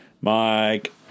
Mike